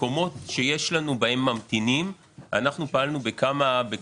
במקומות שיש לנו בהם ממתינים, אנחנו פעלנו בכמה